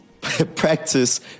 practice